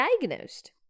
diagnosed